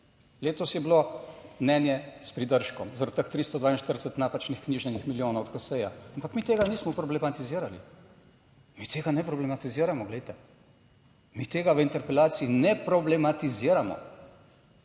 Letos je bilo mnenje s pridržkom, zaradi teh 342 napačnih knjižnih milijonov / nerazumljivo/. Ampak mi tega nismo problematizirali. Mi tega ne problematiziramo. Glejte mi tega v interpelaciji ne problematiziramo.